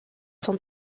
sont